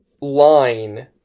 line